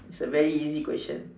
it's a very easy question